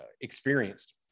experienced